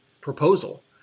proposal